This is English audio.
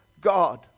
God